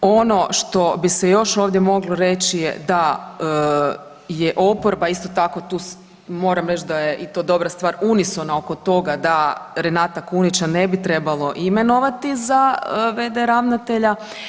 Ono što bi se još ovdje moglo reći da je oporba isto tako tu, moram to reći da i to dobra stvar, unisona oko toga da Renata Kunića ne bi trebalo imenovati za v.d. ravnatelja.